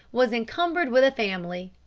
was unencumbered with a family.